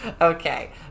Okay